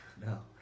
no